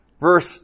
verse